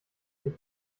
ich